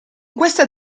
questa